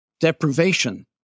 deprivation